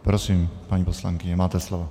Prosím, paní poslankyně, máte slovo.